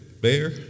Bear